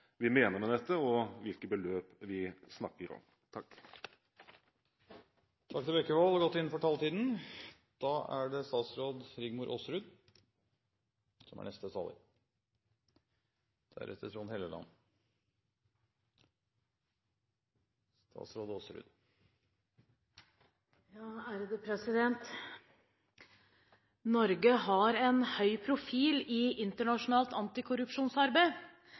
vi mener med dette, og hvilke beløp vi snakker om. Norge har en høy profil i internasjonalt antikorrupsjonsarbeid.